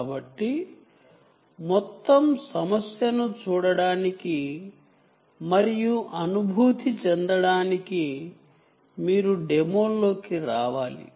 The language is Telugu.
కాబట్టి మొత్తం సమస్యను చూడటానికి మరియు అనుభూతి చెందడానికి మీరు డెమోల్లోకి రావాలి